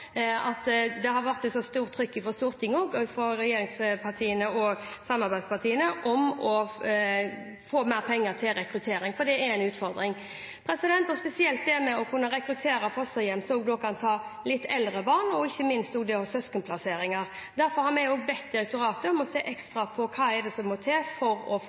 at det har vært et så stort trykk fra Stortinget og fra regjeringspartiene og samarbeidspartiene om å få mer penger til rekruttering, for det er en utfordring, spesielt å rekruttere fosterhjem som kan ta litt eldre barn, og ikke minst søskenplasseringer. Derfor har vi bedt direktoratet om å se ekstra på hva som må til for å